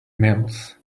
mills